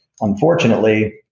unfortunately